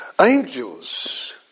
angels